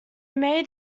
made